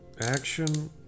action